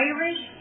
Irish